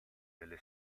delle